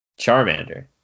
Charmander